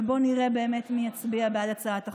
ובוא נראה באמת מי יצביע בעד הצעת החוק.